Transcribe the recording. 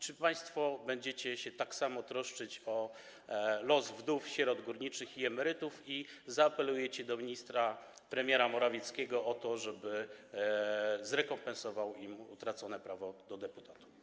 Czy państwo będziecie się tak samo troszczyć o los wdów, sierot górniczych i emerytów i zaapelujecie do premiera Morawieckiego o to, żeby zrekompensował im utracone prawo do deputatu?